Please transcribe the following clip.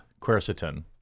Quercetin